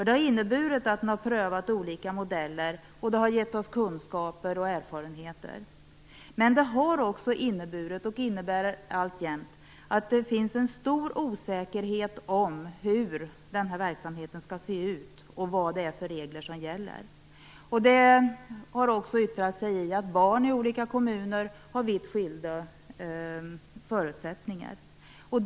Det har inneburit att man har prövat olika modeller, och det har gett oss kunskaper och erfarenheter. Men det har också inneburit och innebär alltjämt att det finns en stor osäkerhet om hur verksamheten skall se ut och vad det är för regler som gäller. Det har också yttrat sig i att barn i olika kommuner har vitt skilda förutsättningar.